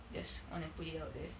just want to put it out there